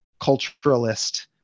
culturalist